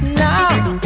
now